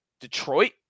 Detroit